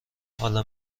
حالا